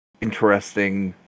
interesting